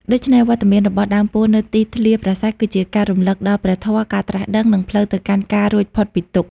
ដូច្នេះ វត្តមានរបស់ដើមពោធិ៍នៅទីធ្លាប្រាសាទ គឺជាការរំលឹកដល់ ព្រះធម៌ ការត្រាស់ដឹង និងផ្លូវទៅកាន់ការរួចផុតពីទុក្ខ។